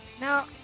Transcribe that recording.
No